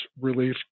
relief